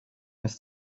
miss